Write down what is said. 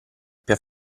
più